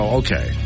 okay